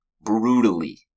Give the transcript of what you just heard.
Brutally